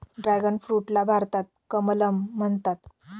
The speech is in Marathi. ड्रॅगन फ्रूटला भारतात कमलम म्हणतात